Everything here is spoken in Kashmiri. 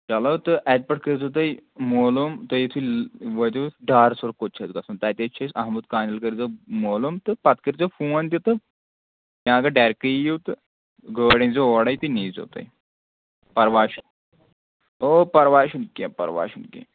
چلو تہٕ اَتہِ پیٚٹھ کٔرۍزیٚو تُہۍ مولوٗم تُہۍ یُتھُے وٲتِو ڈار صٲب کوٚت چھُ اَسہِ گژھُن تَتے چھِ أسۍ احمد کانیُل کٔرۍزیٚو مولوٗم تہٕ پَتہٕ کٔرۍزیٚو فون تہِ تہٕ یا اگر ڈیریٚکٹے یِیِو تہٕ گٲڑۍ أنۍزیٚو اورَے تہٕ نیٖزیٚو تُہۍ پَرواے چھُ اوٚو پَرواے چھُنہٕ کیٚنٛہہ پَرواے چھُنہٕ کیٚنٛہہ